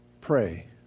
Pray